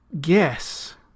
guess